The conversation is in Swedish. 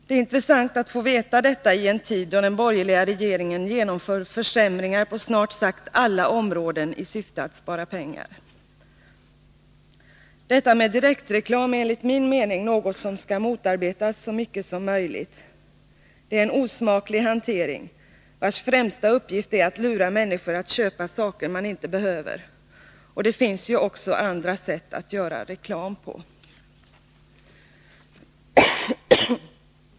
Det vore intressant att få veta detta i en tid då den borgerliga regeringen genomför försämringar på snart sagt alla områden i syfte att spara pengar. Detta med direktreklam är enligt min mening något som skall motarbetas så mycket som möjligt. Det är en osmaklig hantering, vars främsta uppgift är att lura människor att köpa saker de inte behöver. Det finns ju också andra sätt att göra reklam på.